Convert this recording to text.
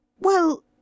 Well